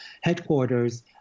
headquarters